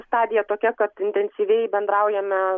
stadija tokia kad intensyviai bendraujame